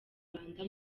rwanda